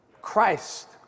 Christ